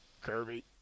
Kirby